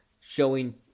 showing